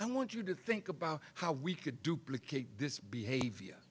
i want you to think about how we could duplicate this behavior